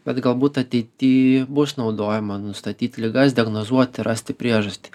bet galbūt ateity bus naudojama nustatyt ligas diagnozuoti rasti priežastį